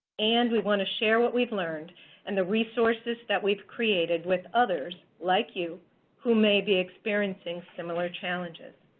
and we want to share what we've learned and the resources that we've created with others like you who may be experiencing similar challenges.